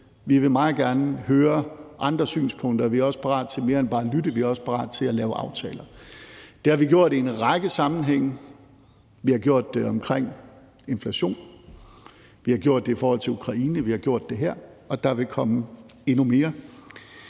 til mere end bare at lytte. Vi er også parate til at lave aftaler. Det har vi gjort i en række sammenhænge. Vi har gjort det omkring inflation. Vi har gjort det i forhold til Ukraine. Vi har gjort det her, og der vil komme endnu mere.